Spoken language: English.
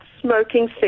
smoking